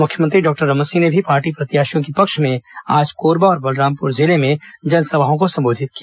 मुख्यमंत्री डॉक्टर रमन सिंह ने भी पार्टी प्रत्याशियों के पक्ष में आज कोरबा और बलरामपुर जिले में जनसभाओं को संबोधित किया